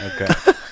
okay